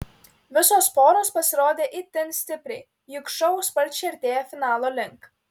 visos poros pasirodė itin stipriai juk šou sparčiai artėja finalo link